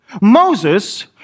Moses